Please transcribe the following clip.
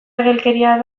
ergelkeria